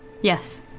Yes